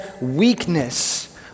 weakness